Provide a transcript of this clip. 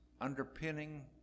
underpinning